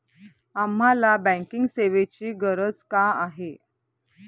आम्हाला बँकिंग सेवेची गरज का आहे?